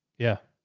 yeah.